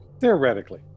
theoretically